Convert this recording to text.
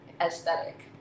aesthetic